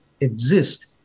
exist